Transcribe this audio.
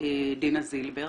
דינה זילבר.